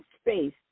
space